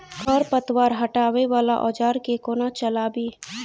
खरपतवार हटावय वला औजार केँ कोना चलाबी?